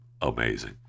amazing